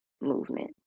movement